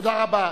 תודה רבה.